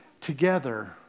together